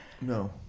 no